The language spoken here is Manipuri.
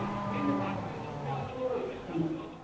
ꯊꯝꯃꯣ ꯊꯝꯃꯣ ꯎꯝ